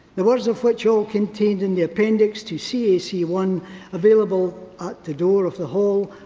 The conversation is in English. the words of which ah contain and the appendix to c a c one available at the door of the hall,